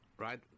Right